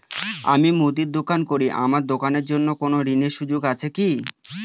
আমি মুদির দোকান করি আমার দোকানের জন্য কোন ঋণের সুযোগ আছে কি?